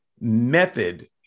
method